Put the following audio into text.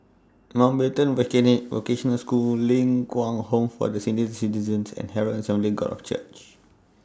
Mountbatten Vocational School Ling Kwang Home For The Senior Citizens and Herald Assembly God of Church